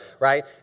right